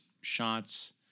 shots